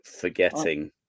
forgetting